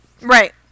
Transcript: right